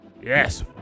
Yes